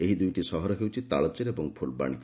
ଏହି ଦୁଇଟି ସହର ହେଉଛି ତାଳଚେର ଏବଂ ଫୁଲବାଣୀ